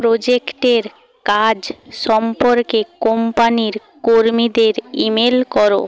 প্রজেক্টের কাজ সম্পর্কে কোম্পানির কর্মীদের ইমেল করো